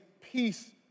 peace